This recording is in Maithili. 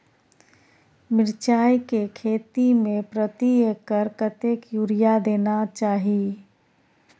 मिर्चाय के खेती में प्रति एकर कतेक यूरिया देना चाही?